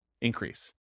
increase